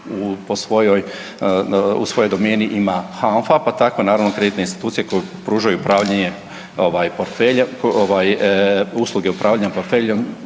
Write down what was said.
u svojoj domeni ima HANFA, pa tako naravno kreditne institucije koje pružaju upravljanje portfeljem